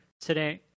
today